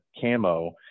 camo